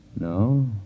No